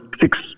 six